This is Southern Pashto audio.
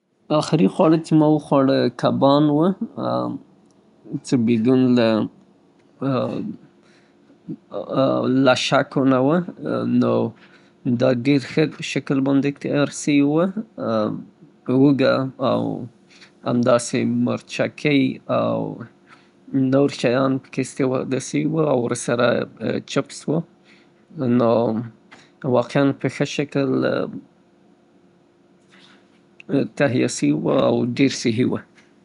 وروستی شی چه ما وخوړل هغه البته سبزیجات وو. چې په غوړیو کې سره سوي وو، د زیتون په تیلو کې ، مرچ او براکلي او ګاذرې پکې مخلوط کولو سره جوړ سوي وو، سویا ساس، اوږه او همدارنګه زنجپیل یې ډیر ذایقه کې اضافه سوي وو، ښه خوند یې درلوده، ښه خوندور خواړه وه.